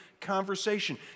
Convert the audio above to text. conversation